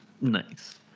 Nice